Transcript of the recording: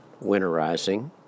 winterizing